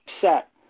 set